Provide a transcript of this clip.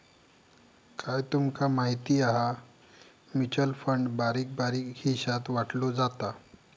काय तूमका माहिती हा? म्युचल फंड बारीक बारीक हिशात वाटलो जाता